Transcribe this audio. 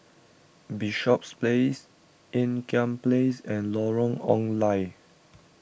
Bishops Place Ean Kiam Place and Lorong Ong Lye